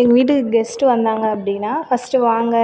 எங்கள் வீட்டுக்கு கெஸ்டு வந்தாங்கள் அப்படினா ஃபஸ்டு வாங்க